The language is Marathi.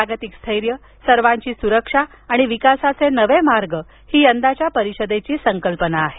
जागतिक स्थैर्य सर्वांची सुरक्षा आणि विकासाचे नवे मार्ग ही यंदाच्या परिषदेची संकल्पना आहे